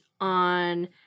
on